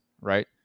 right